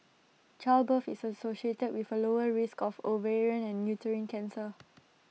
childbirth is associated with A lower risk of ovarian and uterine cancer